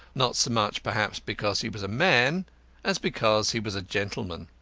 not so much perhaps because he was a man as because he was a gentleman.